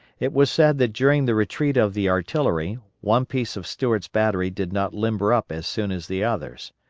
it was said that during the retreat of the artillery one piece of stewart's battery did not limber up as soon as the others.